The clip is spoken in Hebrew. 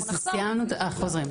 חוזרים.